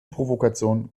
provokation